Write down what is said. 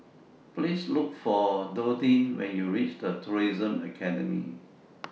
Please Look For Dorthea when YOU REACH The Tourism Academy